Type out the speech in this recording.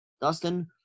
Dustin